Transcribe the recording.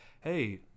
hey